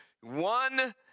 one